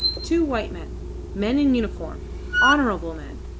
two white men men in uniform honourable men.